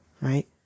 Right